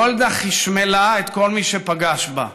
גולדה חשמלה את כל מי שפגש בה,